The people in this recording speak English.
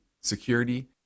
security